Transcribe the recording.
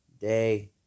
day